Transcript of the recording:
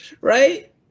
right